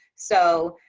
so,